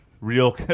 Real